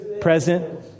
present